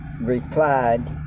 replied